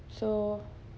so